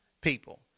people